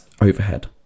overhead